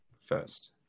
first